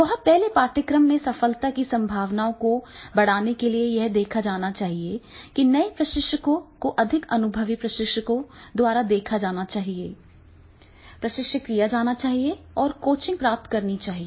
बहुत पहले पाठ्यक्रम में सफलता की संभावनाओं को बढ़ाने के लिए यह देखा जाना चाहिए कि नए प्रशिक्षकों को अधिक अनुभवी प्रशिक्षकों द्वारा देखा जाना चाहिए प्रशिक्षित किया जाना चाहिए और कोचिंग प्राप्त करना चाहिए